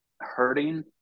hurting